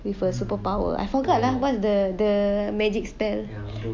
with a superpower I forgot lah what's the the magic spell